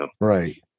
Right